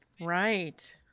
Right